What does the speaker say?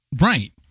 Right